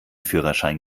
führerschein